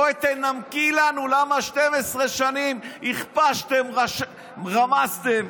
בואי נמקי לנו למה 12 שנים הכפשתם ורמסתם